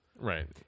Right